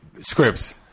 scripts